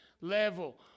level